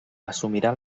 assumirà